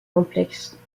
complexe